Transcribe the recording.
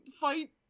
fight